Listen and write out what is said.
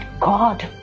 God